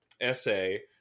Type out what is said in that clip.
essay